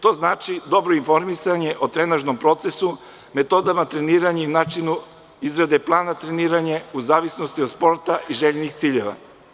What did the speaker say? To znači dobro informisanje o trenažnom procesu, metodama treniranja i načinu izrade plana, treniranje u zavisnosti od sporta i željenih ciljeva.